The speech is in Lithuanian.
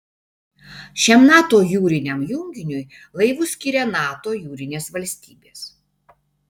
šiam nato jūriniam junginiui laivus skiria nato jūrinės valstybės